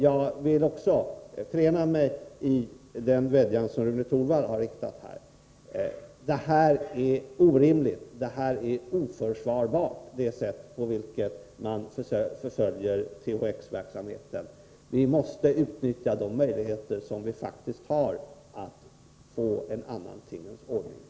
Jag vill också förena mig i Rune Torwalds vädjan till statsrådet — det sätt på vilket man förföljer THX-verksamheten är orimligt och oförsvarbart. Vi måste utnyttja de möjligheter som vi faktiskt har att få en annan tingens ordning.